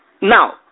Now